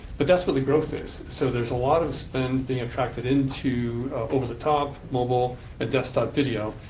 but that's where the growth is. so there's a lot of spend being attracted into over-the-top, mobile and desktop video.